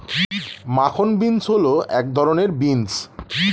মাখন বিন্স হল এক ধরনের বিন্স